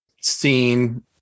seen